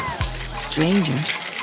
Strangers